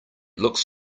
looks